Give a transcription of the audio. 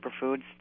superfoods